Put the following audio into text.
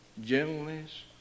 gentleness